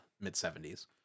mid-70s